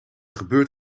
gebeurd